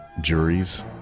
juries